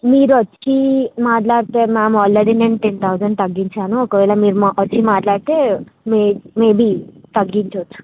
మీరు వచ్చి మాట్లాడితే మ్యామ్ అల్రెడీ నేను టెన్ థౌజండ్ తగ్గించాను ఒకవేళ మీరు మా వచ్చి మాట్లాడితే మే మేబీ తగ్గించవచ్చు